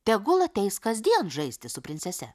tegul ateis kasdien žaisti su princese